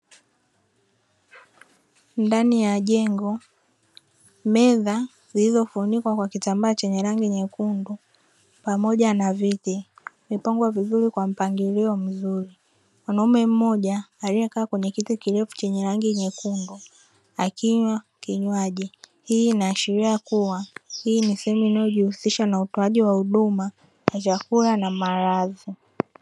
Ndani ya jengo meza zilizofunikwa kwa kitambaa chenye rangi nyekundu pamoja na viti vimepangwa vizuri kwa mpangilio mzuri, mwanaume mmoja aliyekaa kwenye kiti kirefu chenye rangi nyekundu akinywa kinywaji, hii inaashiria kuwa hii ni sehemu inayojihusisha na utoaji wa huduma ya vyakula na malazi.